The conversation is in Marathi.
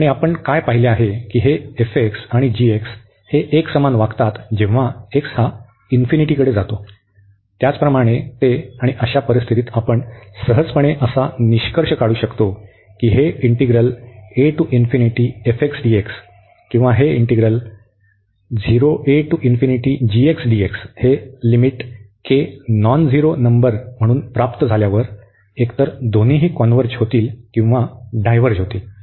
आणि आपण काय पाहिले आहे की हे आणि हे एकसमान वागतात जेव्हा x हा इन्फिनिटीकडे जातो त्याप्रमाणेच ते आणि अशा परिस्थितीत आपण सहजपणे असा निष्कर्ष काढू शकतो की हे इंटीग्रल किंवा हे इंटीग्रल हे limit k non zero number म्हणून प्राप्त झाल्यावर एकतर दोघे कॉन्व्हर्ज होतील किंवा डायव्हर्ज होतील